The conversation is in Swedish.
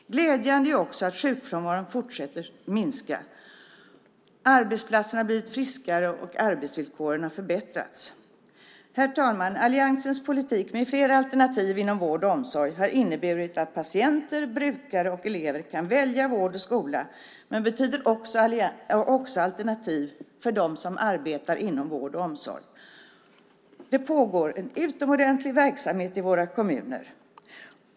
Glädjande är också att sjukfrånvaron fortsätter att minska. Arbetsplatserna har blivit friskare, och arbetsvillkoren har förbättrats. Herr talman! Alliansens politik med fler alternativ inom vård och omsorg har inneburit att patienter, brukare och elever kan välja vård och skola men betyder också att det finns alternativ för dem som arbetar inom vård och omsorg. Det pågår en utomordentlig verksamhet i våra kommuner.